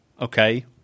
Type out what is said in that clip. okay